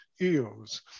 eels